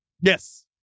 Yes